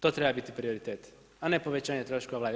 To treba biti prioritet, a ne povećanje troškova Vlade.